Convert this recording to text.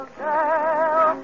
girl